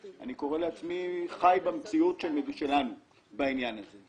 אני קורא לעצמי מי שחי במציאות שלנו בעניין הזה.